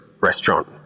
restaurant